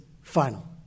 final